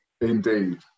Indeed